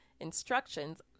instructions